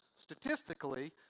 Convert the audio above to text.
Statistically